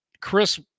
Chris